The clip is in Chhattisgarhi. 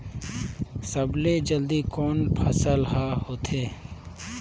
सबले जल्दी कोन सा फसल ह होथे?